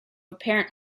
apparent